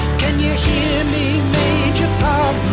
can you hear me, major tom?